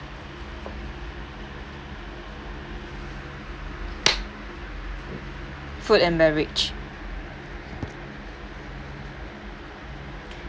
food and beverage